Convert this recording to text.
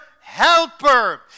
helper